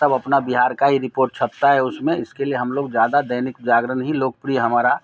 सब अपना बिहार का ही रिपोर्ट छपता है उसमें इसके लिए हम लोग ज़्यादा दैनिक जागरण ही लोकप्रिय हमारा